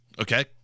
Okay